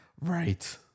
Right